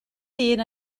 hun